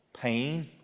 pain